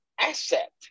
asset